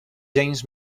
james